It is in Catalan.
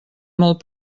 molt